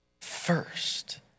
first